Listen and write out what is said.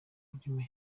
rurimi